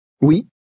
Oui